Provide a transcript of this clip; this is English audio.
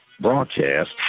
broadcast